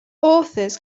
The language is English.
authors